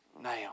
Now